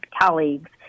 colleagues